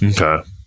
Okay